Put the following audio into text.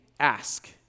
ask